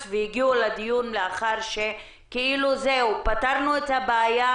והגיעו לדיון לאחר שכאילו פתרו את הבעיה,